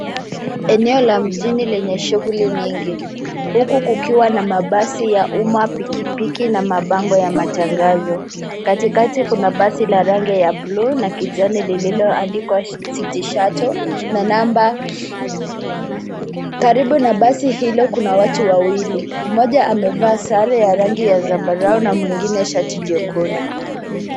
Eneo la mjini lenye shughuli nyingi huku kukiwa na mabasi ya umma, pikipiki na mabango ya matangazo. Katikati kuna basi la rangi ya buluu na kijani lililoandikwa city shuttle na namba. Karibu na basi hilo kuna watu wawili. Mmoja amevaa sare ya rangi ya zambarau na mwingine shati jekundu.